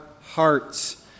hearts